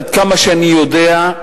עד כמה שאני יודע,